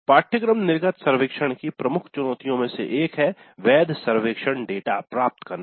पाठ्यक्रम निर्गत सर्वेक्षण की प्रमुख चुनौतियों में से एक है "वैध सर्वेक्षण डेटा" प्राप्त करना